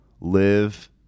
live